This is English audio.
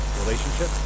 relationship